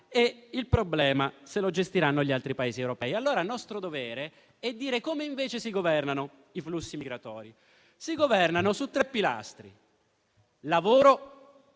e il problema se lo gestiranno gli altri Paesi europei. Il nostro dovere è dire piuttosto come si governano i flussi migratori. Si governano su tre pilastri: lavoro,